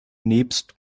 nebst